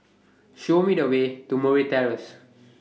Show Me The Way to Murray Terrace